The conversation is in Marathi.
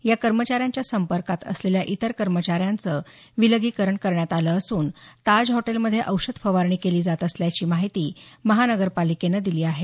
या कर्मचाऱ्यांच्या संपर्कात असलेल्या इतर कर्मचाऱ्यांचं विलगीकरण करण्यात आलं असून ताज हॉटेलमध्ये औषध फवारणी केली जात असल्याची माहिती महानगरपालिकेनं दिली आहे